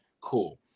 cool